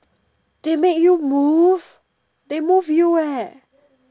they make you move they move you eh